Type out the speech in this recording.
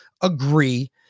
agree